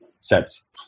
sets